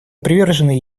привержены